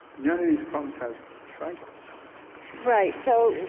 none of these poems has titles right, so?